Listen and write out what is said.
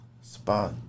spot